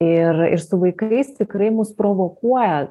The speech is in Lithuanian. ir ir su vaikais tikrai mus provokuoja